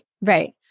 Right